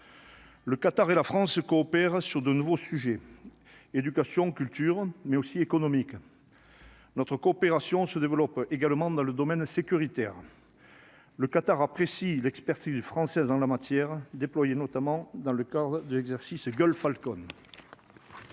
Le Qatar et la France coopère sur de nouveaux sujets, éducation, culture, mais aussi économique, notre coopération se développe également dans le domaine sécuritaire, le Qatar, apprécie l'expertise française en la matière, déployés notamment dans le corps de l'exercice Golfe Falcon.